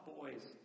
boys